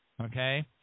Okay